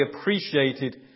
appreciated